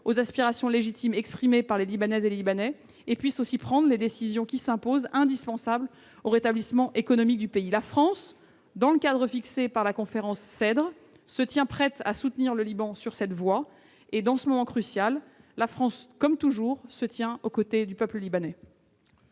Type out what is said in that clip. aux aspirations légitimes exprimées par les Libanaises et les Libanais et prendre les décisions indispensables au rétablissement économique du pays. La France, dans le cadre fixé par la conférence CEDRE, se tient prête à soutenir le Liban. Dans ce moment crucial, la France, comme toujours, se tient aux côtés du peuple libanais.